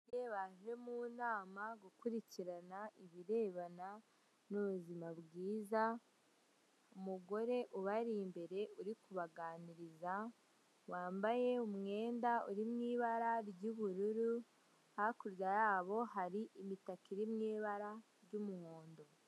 Ababyeyi baje mu nama gukurikirana ibirebana n'ubuzima bwiza. Umugore ubari imbere uri kubaganiriza wambaye umwenda uri mu ibara ry'ubururu hakurya yabo hari imitaka iri mu ibara ry'umuhondo.